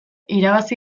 irabazi